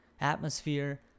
atmosphere